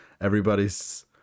everybody's